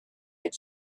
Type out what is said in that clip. had